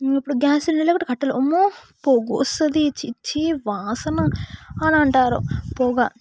ఇప్పుడు gas cylinder లేకపోతే కట్టెలు అమ్మో పొగ వస్తుంది ఛీ ఛీ వాసన అని అంటారు పొగ